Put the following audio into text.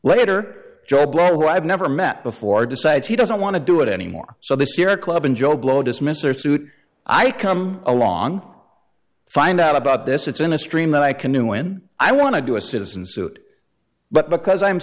later joe blow who i've never met before decides he doesn't want to do it anymore so this year club and joe blow does mr suit i come along find out about this it's in a stream that i can do when i want to do a citizen's suit but because i'm